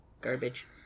garbage